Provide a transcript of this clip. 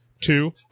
Two